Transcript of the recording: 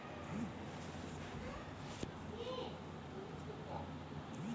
যে বাজার হাট গুলাতে চাসিরা লিজে ক্রেতাদের খাবার বিক্রি ক্যরে